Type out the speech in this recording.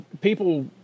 people